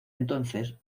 entonces